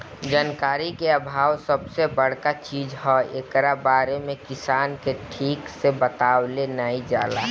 जानकारी के आभाव सबसे बड़का चीज हअ, एकरा बारे में किसान के ठीक से बतवलो नाइ जाला